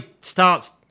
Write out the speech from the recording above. starts